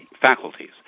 faculties